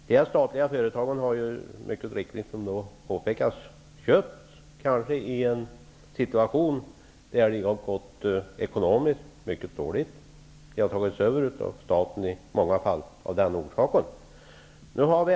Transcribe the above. De statliga företagen har mycket riktigt köpts upp i en situation då de har gått ekonomiskt mycket dåligt. I många fall har de tagits över av staten av den orsaken.